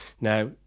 Now